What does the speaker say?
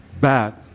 bad